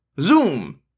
Zoom